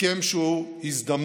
הסכם שהוא הזדמנות